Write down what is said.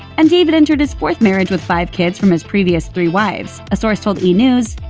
and david entered his fourth marriage with five kids from his previous three wives. a source told e! news,